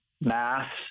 Mass